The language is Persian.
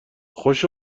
خوش